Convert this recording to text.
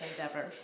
endeavor